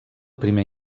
primer